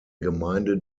gemeinde